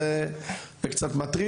זה קצת מטריד